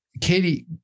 Katie